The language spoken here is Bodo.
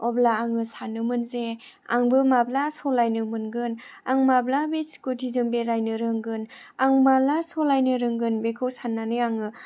अब्ला आङो सानोमोन जे आंबो माब्ला सालायनो मोनगोन आं माब्ला बे स्कुटि जों बेरायनो रोंगोन आं माब्ला सालायनो रोंगोन बेखौ साननानै आङो